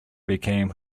became